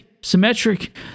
symmetric